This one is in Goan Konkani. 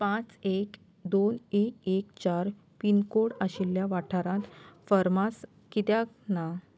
पांच एक दोन एक एक चार पिनकोड आशिल्ल्या वाठारांत फार्मास कित्याक ना